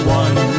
one